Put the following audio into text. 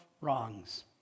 wrongs